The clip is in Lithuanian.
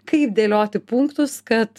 kaip dėlioti punktus kad